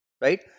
Right